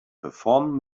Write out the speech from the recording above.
perform